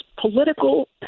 Political